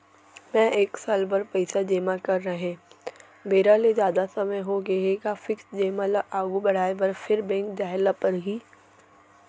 मैं एक साल बर पइसा जेमा करे रहेंव, बेरा ले जादा समय होगे हे का फिक्स जेमा ल आगू बढ़ाये बर फेर बैंक जाय ल परहि?